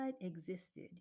existed